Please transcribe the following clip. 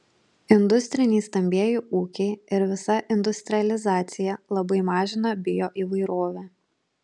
industriniai stambieji ūkiai ir visa industrializacija labai mažina bioįvairovę